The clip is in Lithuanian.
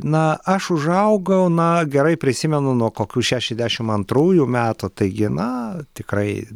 na aš užaugau na gerai prisimenu nuo kokių šešiasdešim antrųjų metų taigi na tikrai